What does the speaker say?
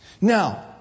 Now